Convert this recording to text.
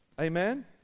Amen